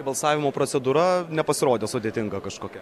balsavimo procedūra nepasirodė sudėtinga kažkokia